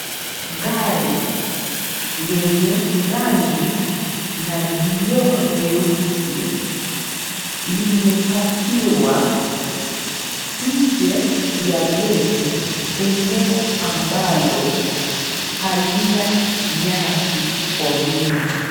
Gari lenye rangi na vioo vyeusi limepakiwa nje ya gate eneo ambalo halina nyasi kwa wingi.